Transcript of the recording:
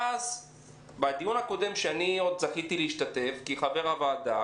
בדיון הקודם שזכיתי להשתתף כחבר הוועדה